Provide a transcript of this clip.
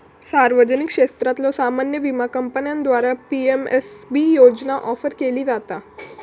सार्वजनिक क्षेत्रातल्यो सामान्य विमा कंपन्यांद्वारा पी.एम.एस.बी योजना ऑफर केली जाता